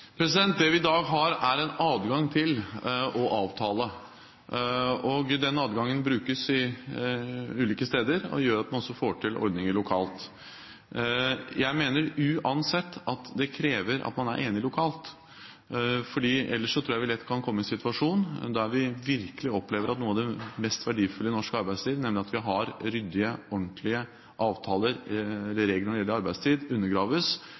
system. Det vi i dag har, er en adgang til å avtale. Den adgangen brukes ulike steder og gjør at man også får til ordninger lokalt. Jeg mener uansett at det krever at man er enig lokalt. Ellers tror jeg vi lett kan komme i en situasjon der vi virkelig opplever at noe av det mest verdifulle i norsk arbeidsliv, nemlig at vi har ryddige, ordentlige regler når det gjelder arbeidstid, undergraves.